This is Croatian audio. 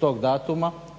tog datuma.